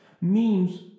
Memes